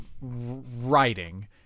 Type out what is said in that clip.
writing